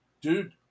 Dude